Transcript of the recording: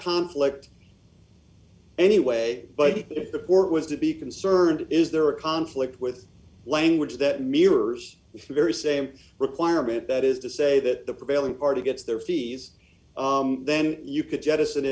conflict anyway but if the port was to be concerned is there a conflict with language that mirrors if the very same requirement that is to say that the prevailing party gets their fees then you could jettison